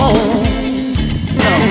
no